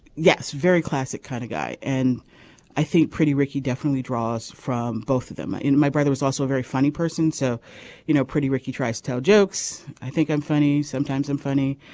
yes very classic kind of guy. and i think pretty ricky definitely draws from both of them. my brother was also a very funny person so you know pretty ricky tries to tell jokes. i think i'm funny sometimes and funny.